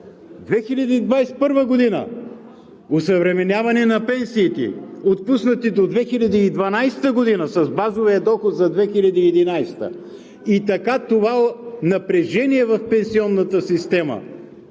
2021 г. – осъвременяване на пенсиите, отпуснати до 2012 г. с базовия доход за 2011 г., и така това напрежение в пенсионната система